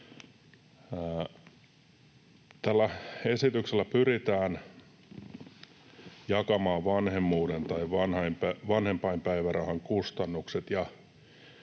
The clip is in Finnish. Tällä esityksellä pyritään jakamaan vanhempainpäivärahan kustannukset